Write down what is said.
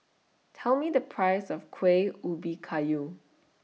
Tell Me The Price of Kueh Ubi Kayu